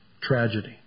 tragedy